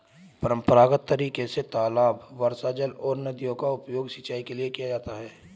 परम्परागत तरीके से तालाब, वर्षाजल और नदियों का उपयोग सिंचाई के लिए किया जाता है